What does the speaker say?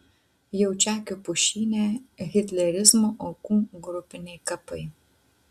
jaučakių pušyne hitlerizmo aukų grupiniai kapai